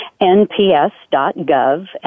NPS.gov